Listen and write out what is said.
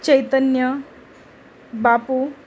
चैतन्य बापू